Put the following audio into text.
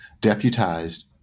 deputized